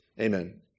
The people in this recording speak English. Amen